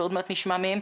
ועוד מעט נשמע מהם,